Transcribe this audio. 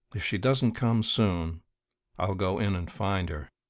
if she doesn't come soon i'll go in and find her,